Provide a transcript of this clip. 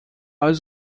was